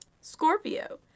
Scorpio